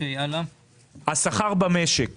השכר במשק